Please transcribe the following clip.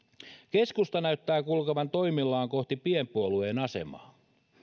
keskusta näyttää kulkevan toimillaan kohti pienpuolueen asemaa